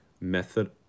method